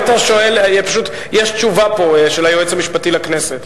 פשוט יש פה תשובה של היועץ המשפטי לכנסת.